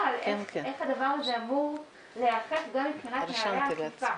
על איך הדבר הזה אמור להיאכף גם מבחינת נהלי האכיפה,